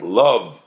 love